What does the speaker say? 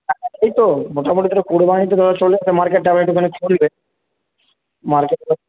এই তো মোটামুটি তাহলে কোরবানিতে ধরো চলে আসবে মার্কেটটা একটুখানি খুলবে মার্কেটটা